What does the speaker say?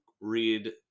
read